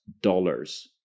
dollars